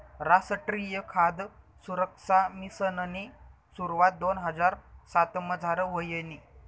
रासट्रीय खाद सुरक्सा मिशननी सुरवात दोन हजार सातमझार व्हयनी